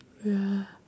wait ah